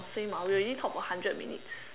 same ah we already talk for hundred minutes